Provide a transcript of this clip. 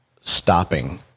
stopping